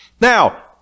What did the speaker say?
Now